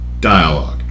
dialogue